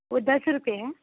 वह दस रुपये है